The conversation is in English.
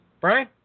Brian